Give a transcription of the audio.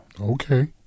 Okay